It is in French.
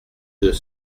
deux